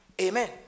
Amen